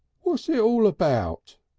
what's it all about?